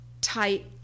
tight